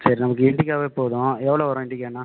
சரி நமக்கு இண்டிகாவே போதும் எவ்வளோ வரும் இண்டிகான்னா